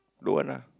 don't want lah